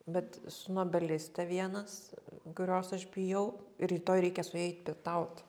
bet su nobeliste vienas kurios aš bijau rytoj reikia su ja eit pietaut